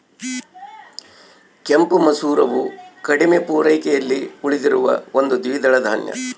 ಕೆಂಪು ಮಸೂರವು ಕಡಿಮೆ ಪೂರೈಕೆಯಲ್ಲಿ ಉಳಿದಿರುವ ಒಂದು ದ್ವಿದಳ ಧಾನ್ಯ